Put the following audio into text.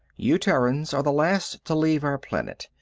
you terrans are the last to leave our planet.